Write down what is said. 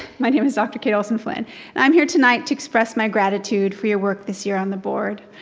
my name is dr. kate olson-flynn and i'm here tonight to express my gratitude for your work this year on the board.